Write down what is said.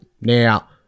Now